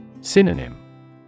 Synonym